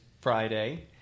Friday